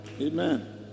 Amen